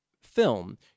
film